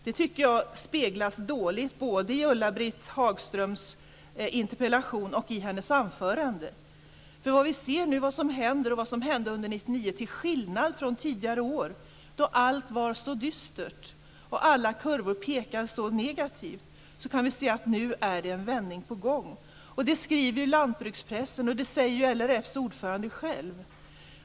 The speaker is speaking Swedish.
Det tycker jag speglas dåligt både i Ulla-Britt Hagströms interpellation och i hennes anförande. Vi ser nu vad som händer och vad som hände under 1999. Vi kan se att det nu, till skillnad från tidigare år då allt var så dystert och alla kurvor pekade så mycket nedåt, är en vändning på gång. Det skriver lantbrukspressen, och det säger LRF:s ordförande.